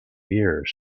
years